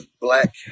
black